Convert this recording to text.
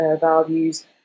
values